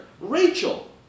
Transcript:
Rachel